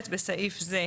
בסעיף זה,